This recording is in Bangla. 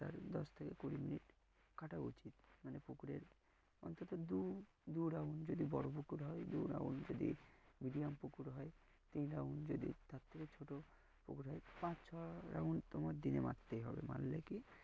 তার দশ থেকে কুড়ি মিনিট কাটা উচিত মানে পুকুরের অন্তত দু দু রাউন্ড যদি বড়ো পুকুর হয় দু রাউন্ড যদি মিডিয়াম পুকুর হয় তিন রাউন্ড যদি তার থেকে ছোটো পুকুর হয় পাঁচ ছ রাউন্ড তোমার দিনে মারতেই হবে মারলে কি